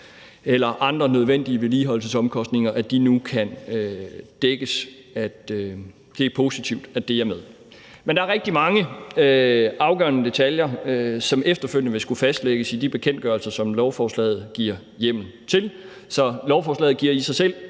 eller andre nødvendige vedligeholdelsesomkostninger, nu kan dækkes – det er positivt, at det er med. Men der er rigtig mange afgørende detaljer, som efterfølgende vil skulle fastlægges i de bekendtgørelser, som lovforslaget giver hjemmel til. Så lovforslaget giver ikke i sig selv